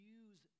use